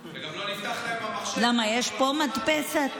וגם לא נפתח להם המחשב, למה, פה יש מדפסת?